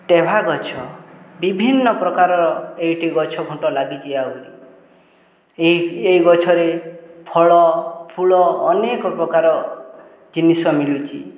ଟ୍ୱେଭା ଗଛ ବିଭିନ୍ନ ପ୍ରକାରର ଏଇଠି ଗଛ ଖୁଣ୍ଟ ଲାଗିଛି ଆହୁରି ଏହି ଏହି ଗଛରେ ଫଳ ଫୁଲ ଅନେକପ୍ରକାର ଜିନିଷ ମିଳୁଛି